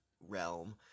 realm